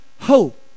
hope